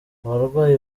abarwayi